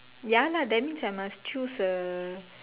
ya lah that means I must choose a